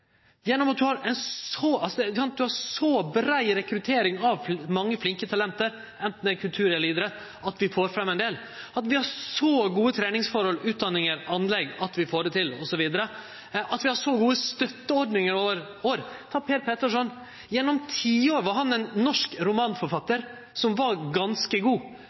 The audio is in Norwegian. gjennom at ein har ei så brei rekruttering av mange flinke talent, anten det er kultur eller idrett, at vi får fram ein del, at vi har så gode treningsforhold, utdanningar og anlegg at vi får det til, osv., at vi har så gode støtteordningar over år. Ta Per Petterson: Gjennom tiår var han ein norsk romanforfattar som var ganske god,